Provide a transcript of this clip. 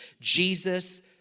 Jesus